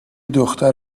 دختر